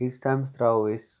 ییٖتس times تراوو أسۍ